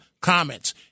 comments